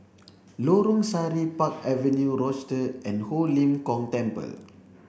Lorong Sari Park Avenue Rochester and Ho Lim Kong Temple